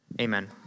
amen